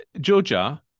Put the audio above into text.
Georgia